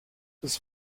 das